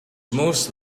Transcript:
most